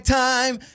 time